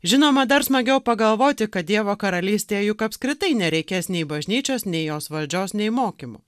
žinoma dar smagiau pagalvoti kad dievo karalystėje juk apskritai nereikės nei bažnyčios nei jos valdžios nei mokymų